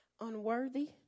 unworthy